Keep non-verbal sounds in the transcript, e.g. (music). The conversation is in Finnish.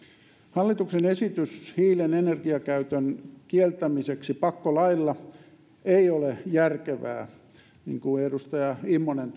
hallituksen esitys hiilen energiakäytön kieltämiseksi pakkolailla ei ole järkevää niin kuin edustaja immonen (unintelligible)